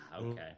Okay